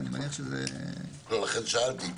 אני מניח שזה --- לכן שאלתי,